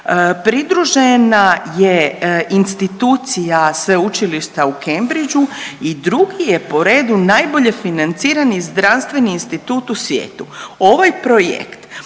pridružena je institucija Sveučilišta u Cambridgu i drugi je po redu najbolje financirani zdravstveni institut u svijetu. Ovaj projekt